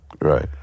right